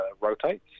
rotates